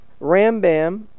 Rambam